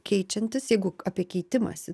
keičiantis jeigu apie keitimąsi